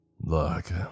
Look